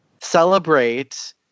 celebrate